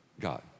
God